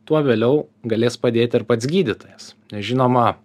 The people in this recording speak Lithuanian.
tuo vėliau galės padėt ir pats gydytojas nes žinoma